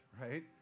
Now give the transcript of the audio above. right